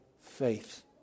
faith